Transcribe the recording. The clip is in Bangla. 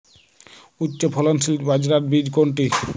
উচ্চফলনশীল বাজরার বীজ কোনটি?